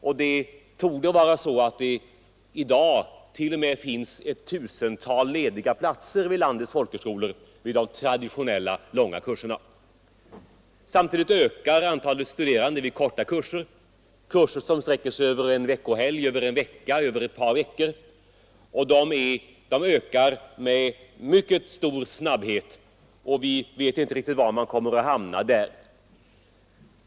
I dag torde det t.o.m. finnas ett tusental lediga platser vid landets folkhögskolor när det gäller sådana kurser. Samtidigt ökar antalet studerande vid korta kurser — kurser som sträcker sig över en veckohelg, över en vecka eller över ett par veckor — med mycket stor snabbhet, och vi vet inte riktigt var man kommer att hamna.